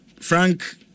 Frank